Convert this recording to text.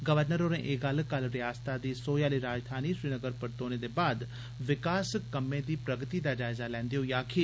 राज्यपाल होरें एह् गल्लकल रिआसतै दी सोए आली राजधानी श्रीनगर परतोने दे बाद विकास कम्मै दी प्रगति दा जायजा लैंदे होई आक्खी